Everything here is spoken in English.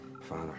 father